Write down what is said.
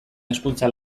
hezkuntza